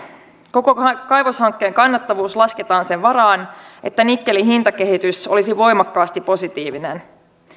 koko kaivoshankkeen kannattavuus lasketaan sen varaan että nikkelin hintakehitys olisi voimakkaasti positiivinen